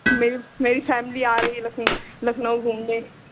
मेरी मेरी फैमिली आ रही है लखनऊ लखनऊ घूमने